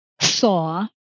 saw